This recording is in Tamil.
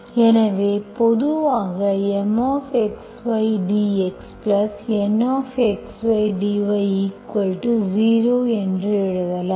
எனவே பொதுவாக Mxy dxNxy dy0 என்று எழுதலாம்